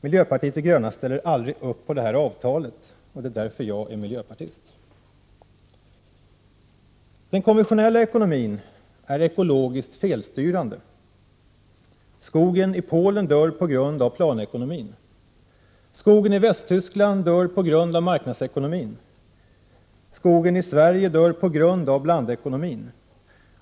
Miljöpartiet de gröna ställer aldrig upp på det avtalet, och det är därför jag är miljöpartist. Den konventionella ekonomin är ekologiskt felstyrande. Skogen i Polen dör på grund av planekonomin. Skogen i Västtyskland dör på grund av marknadsekonomin. Skogen i Sverige dör på grund av blandekonomin.